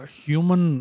human